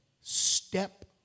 step